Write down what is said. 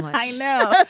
i know, but